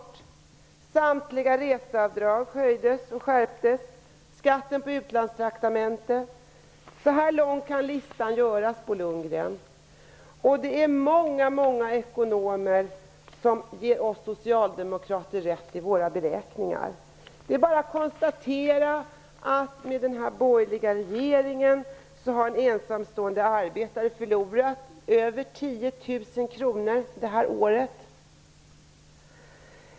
När det gäller samtliga reseavdrag är det fråga om skärpningar. Skatten på utlandstraktamenten har man också gett sig på. Listan kan alltså göras lång, Bo Lundgren! Väldigt många ekonomer ger oss socialdemokrater rätt när det gäller gjorda beräkningar. Det är alltså bara att konstatera att med den här borgerliga regeringen har en ensamstående arbetare förlorat över 10 000 kr det här året.